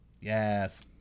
yes